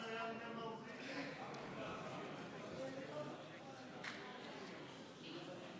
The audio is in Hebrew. חברי